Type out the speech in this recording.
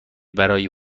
برای